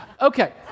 Okay